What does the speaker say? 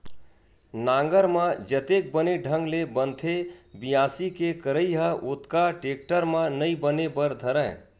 नांगर म जतेक बने ढंग ले बनथे बियासी के करई ह ओतका टेक्टर म नइ बने बर धरय